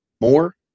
more